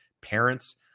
parents